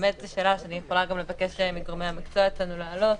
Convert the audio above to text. אני מתחבר להיגיון שלך,